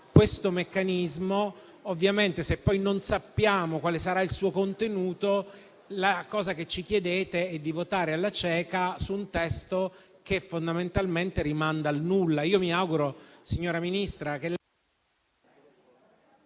questo meccanismo, se non sappiamo quale sarà il suo contenuto, ci chiedete di votare alla cieca su un testo che fondamentalmente rimanda al nulla.